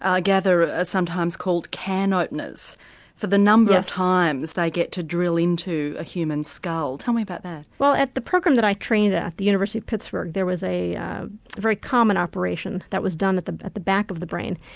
i gather, are ah sometimes called can openers for the number of times they get to drill into a human skull tell me about that. well the program that i trained ah at, the university of pittsburgh there was a very common operation that was done at the at the back of the brain.